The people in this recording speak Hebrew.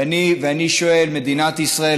ואני שואל: מדינת ישראל,